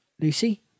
Lucy